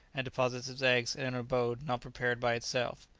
and deposits its eggs in an abode not prepared by itself.